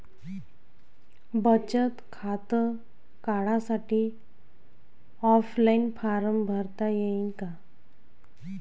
बचत खातं काढासाठी ऑफलाईन फारम भरता येईन का?